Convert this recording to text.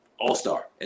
all-star